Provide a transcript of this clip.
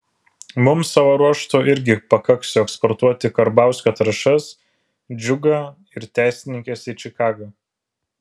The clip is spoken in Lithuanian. mums savo ruožtu irgi pakaks jau eksportuoti karbauskio trąšas džiugą ir teisininkes į čikagą